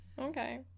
okay